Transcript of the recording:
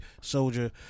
Soldier